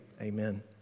Amen